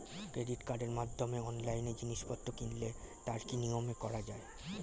Credit কার্ডের মাধ্যমে অনলাইনে জিনিসপত্র কিনলে তার কি নিয়মে করা যায়?